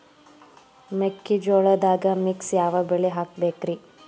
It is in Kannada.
ಮೆಕ್ಕಿಜೋಳದಾಗಾ ಮಿಕ್ಸ್ ಯಾವ ಬೆಳಿ ಹಾಕಬೇಕ್ರಿ?